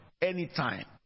anytime